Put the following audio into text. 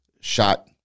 shot